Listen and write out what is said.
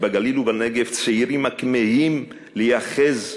בגליל ובנגב צעירים הכמהים להיאחז ביישוביהם,